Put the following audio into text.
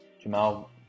Jamal